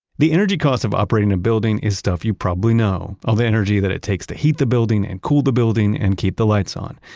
the energy costs of operating a building is stuff you probably know all the energy that it takes to heat the building and cool the building and keep the lights on.